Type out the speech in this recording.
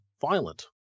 violent